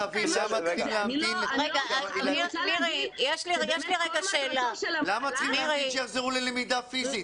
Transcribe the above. למה צריכים להמתין שיחזרו ללמידה פיסית?